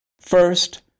First